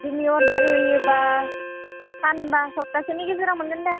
दिनि अरडार होयोब्ला सानबा सप्तासेनि गेजेराव मोनगोन दे